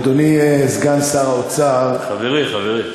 אדוני סגן שר האוצר, חברי, חברי.